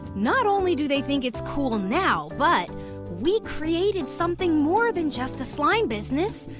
not only do they think it's cool now, but we created something more than just a slime business,